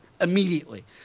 Immediately